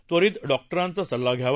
त्वरित डॉक्टरांचा सल्ला घ्यावा